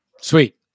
Sweet